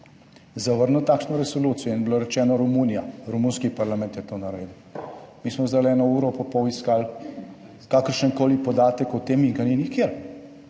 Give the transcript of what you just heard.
zavrnil takšno resolucijo in je bilo rečeno, Romunija, romunski parlament je to naredil. Mi smo zdajle eno uro pa pol iskali kakršenkoli podatek o tem in ga ni nikjer.